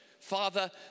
Father